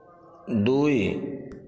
ଦୁଇ